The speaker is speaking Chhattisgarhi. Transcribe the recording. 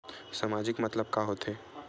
सामाजिक मतलब का होथे?